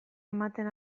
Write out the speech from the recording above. ematen